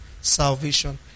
salvation